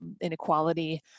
inequality